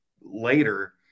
later